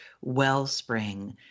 wellspring